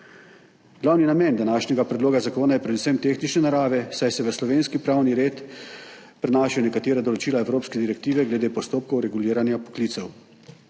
Glavni namen današnjega predloga zakona je predvsem tehnične narave, saj se v slovenski pravni red prenašajo nekatera določila evropske direktive glede postopkov reguliranja poklicev.